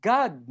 God